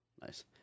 Nice